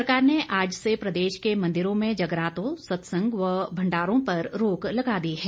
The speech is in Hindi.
सरकार ने आज से प्रदेश के मंदिरों में जगरातों सत्संग व भण्डारों पर रोक लगा दी है